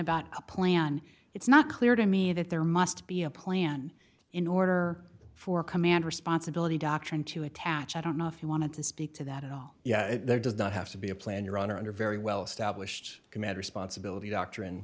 about a plan it's not clear to me that there must be a plan in order for command responsibility doctrine to attach i don't know if you want to speak to that at all yeah there does not have to be a plan your honor under very well established commander sponsibility doctrine